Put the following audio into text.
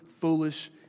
foolish